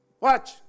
Watch